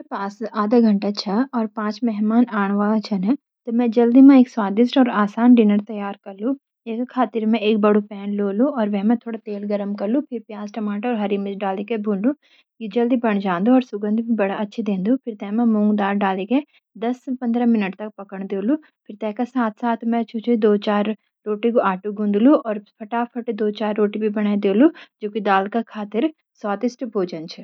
अगर मेरा पास आधा घंटा छ और पांच मेहमान आऊंन वाला छन त मैं जल्दी म स्वादिश्ट और आसान डिनर तैयार कल्लू। ये का खातिर मैं एक पैन ले लू वे म थोड़ा तेल गर्म क्लू फिर प्याज, टमाटर अर हरि मिर्च डाली के थोड़ा भून लू यू जल्दी बनी जांदू और सुगंध भी बड़ी अच्छी दे दु फिर ते म मूंग दाल डाली के दस पंद्रह मिनट तक पकन देलू, फिर ते का साथ साथ मैं दो चार रोटी कु आटा गूंथ लू और फटाफट दो चार रोटी भी बनाई देलू जु की दाल का खातिर स्वादिष्ट भोजन छ।